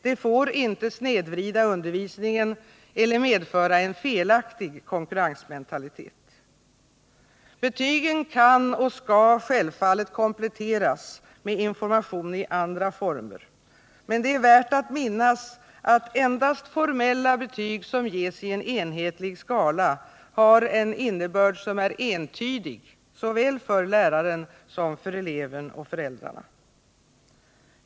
Det får inte snedvrida undervisningen eller medföra en felaktig konkurrensmentalitet. Betygen kan och skall självfallet kompletteras med information i andra former, men det är värt att minnas att endast formella betyg som ges i en enhetlig skala har en innebörd som är entydig såväl för lärare som för eleven och föräldrarna.